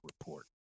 report